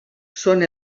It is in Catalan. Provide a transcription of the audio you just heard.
són